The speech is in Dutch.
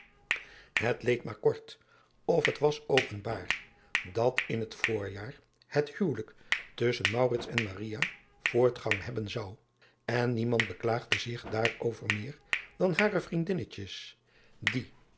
et leed maar kort of het was openbaar dat in het voorjaar het huwelijk tusschen en voortgang hebben zou en niemand beklaagde zich daarover meer dan hare vriendinnetjes die